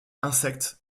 insectes